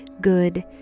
good